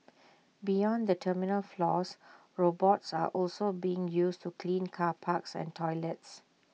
beyond the terminal floors robots are also being used to clean car parks and toilets